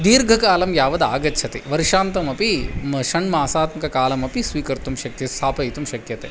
दीर्घकालं यावद् आगच्छति वर्षान्तमपि म षण्मासात्मककालमपि स्वीकर्तुं शक्यं स्थापयितुं शक्यते